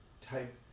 type